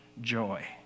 joy